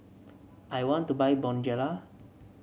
I want to buy Bonjela